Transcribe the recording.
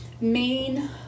main